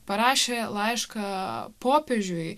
parašė laišką popiežiui